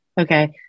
Okay